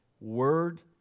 Word